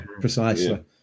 precisely